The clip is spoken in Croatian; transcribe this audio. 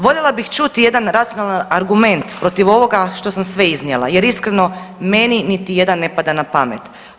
Voljela bih čuti jedan racionalan argument protiv ovoga što sam sve iznijela, jer iskreno meni niti jedan ne pada na pamet.